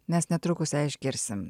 mes netrukus ją išgirsim